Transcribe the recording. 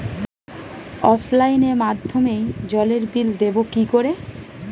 অফলাইনে মাধ্যমেই জলের বিল দেবো কি করে?